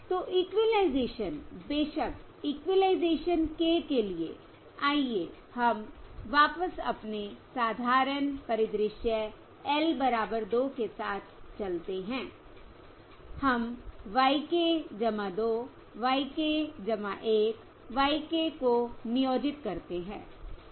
तो इक्विलाइजेशन बेशक equalisation k के लिए आइए हम वापस अपने साधारण परिदृश्य L बराबर 2 के साथ चलते हैंI हम y k 2 y k 1 y k को नियोजित करते हैं